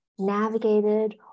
navigated